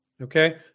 Okay